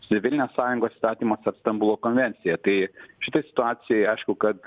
civilinės sąjungos įstatymas ar stambulo konvencija tai šitoj situacijoj aišku kad